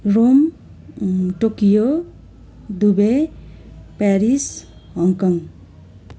Rome Tokyo Dubai Paris Hong Kong